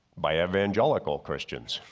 by evangelical christians.